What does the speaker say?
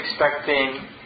expecting